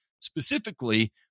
specifically